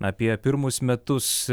apie pirmus metus